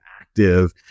active